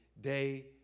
day